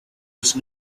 were